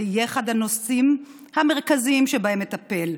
זה יהיה אחד הנושאים המרכזיים שבהם אטפל.